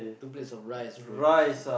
two plates of rice bro